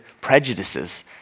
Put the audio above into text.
prejudices